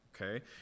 okay